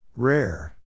Rare